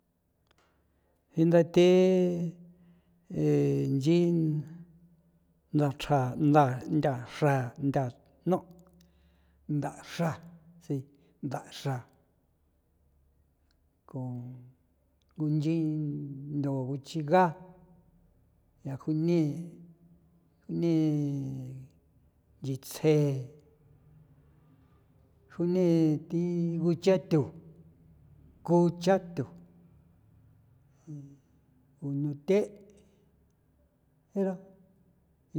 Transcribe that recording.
Jinda the nchin nthaxra ntha nthaxra'a nga'no' nthaxra si nthaxra ko ngunchi ndo nguchiiga ra june ne nchitsjee rune thi nguchathu kuchathu unuthe' ra.